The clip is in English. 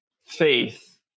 faith